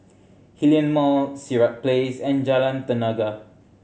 Hillion Mall Sirat Place and Jalan Tenaga